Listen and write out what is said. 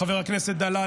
חבר הכנסת דלל,